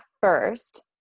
first